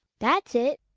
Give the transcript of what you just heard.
that's it.